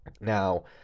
Now